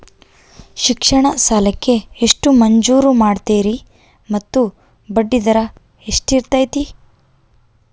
ಶಿಕ್ಷಣ ಸಾಲಕ್ಕೆ ಎಷ್ಟು ಮಂಜೂರು ಮಾಡ್ತೇರಿ ಮತ್ತು ಬಡ್ಡಿದರ ಎಷ್ಟಿರ್ತೈತೆ?